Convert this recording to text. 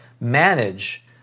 manage